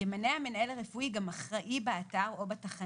ימנה המנהל הרפואי גם אחראי באתר או בנקודה